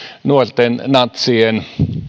nuorten natsien